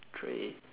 three